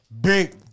Big